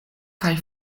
kaj